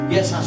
Yes